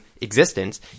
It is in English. existence